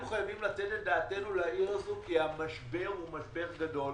אנחנו חייבים לתת את דעתנו לעיר הזאת כי המשבר הוא משבר גדול.